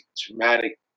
traumatic